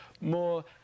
more